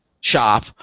shop